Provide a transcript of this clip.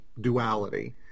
duality